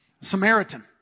Samaritan